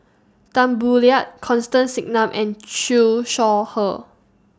Tan Boo Liat Constance Singam and Shaw Her